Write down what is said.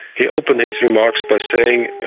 he opened his remarks by saying,